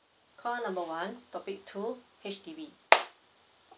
call number one topic two H_D_B